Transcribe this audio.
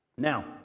Now